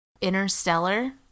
Interstellar